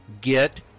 get